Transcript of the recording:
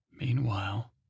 Meanwhile